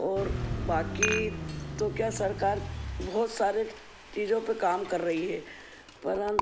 और बाकी तो क्या सरकार बहुत सारे चीज़ों पर काम कर रही है परन